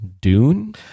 dune